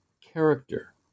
character